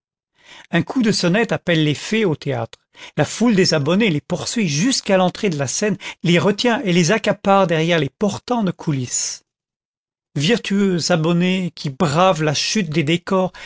un coup de sonnette appelle les fées au théâtre la foule des abonnés les poursuit jusqu'à l'entrée de la scène les retient et les accapare derrière les portants de coulisses vertueux abonné qui brave la chute des décors